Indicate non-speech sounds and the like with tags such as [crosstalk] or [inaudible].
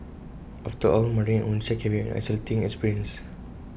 after all mothering on [unintelligible] can be an isolating experience